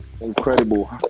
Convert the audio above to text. incredible